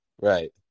Right